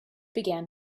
began